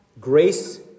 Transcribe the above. Grace